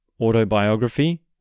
autobiography